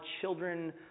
children